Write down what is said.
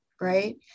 right